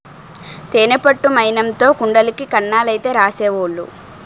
తేనె పట్టు మైనంతో కుండలకి కన్నాలైతే రాసేవోలు